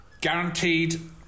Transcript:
Guaranteed